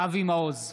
אבי מעוז,